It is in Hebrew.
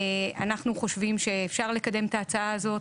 אנחנו חושבים שאפשר לקדם את ההצעה הזאת,